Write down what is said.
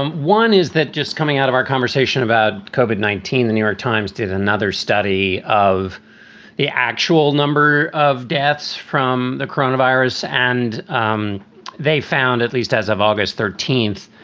um one, is that just coming out of our conversation about covid nineteen, the new york times did another study of the actual number of deaths from the coronavirus, and um they found, at least as of august thirteenth,